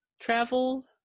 travel